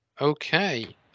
Okay